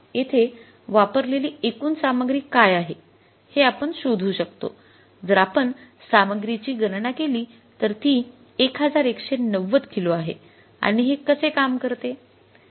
येथे वापरलेली एकूण सामग्री काय आहे हे आपण शोधू शकतो जर आपण सामग्रीची गणना केली तर ती ११९० किलो आहे आणि हे कसे काम करते